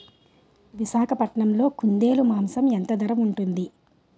విశాఖపట్నంలో కుందేలు మాంసం ఎంత ధర ఉంటుంది?